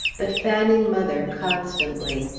but fanning mother constantly.